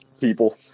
people